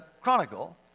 Chronicle